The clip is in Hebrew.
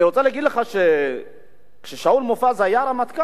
אני רוצה להגיד לך, שכששאול מופז היה רמטכ"ל,